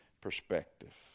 perspective